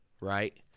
Right